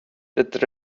that